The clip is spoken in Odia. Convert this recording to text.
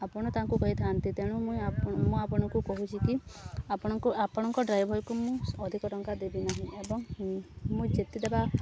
ଆପଣ ତାଙ୍କୁ କହିଥାନ୍ତେ ତେଣୁ ମୁଇଁ ଆପଣ ମୁଁ ଆପଣଙ୍କୁ କହୁଛି କି ଆପଣଙ୍କୁ ଆପଣଙ୍କ ଡ୍ରାଇଭର୍କୁ ମୁଁ ଅଧିକ ଟଙ୍କା ଦେବି ନାହିଁ ଏବଂ ମୁଁ ଯେତେଦେବା